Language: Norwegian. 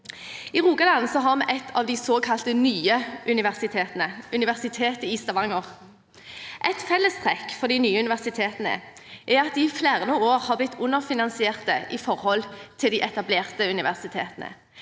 I Rogaland har vi et av de såkalt nye universitetene: Universitetet i Stavanger. Et fellestrekk for de nye universitetene er at de i flere år har blitt underfinansiert i forhold til de etablerte universitetene.